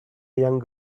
young